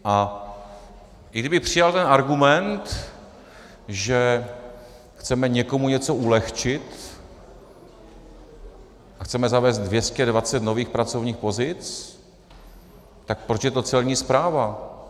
A i kdybych přijal ten argument, že chceme někomu něco ulehčit a chceme zavést 220 nových pracovních pozic, tak proč je to Celní správa?